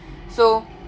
so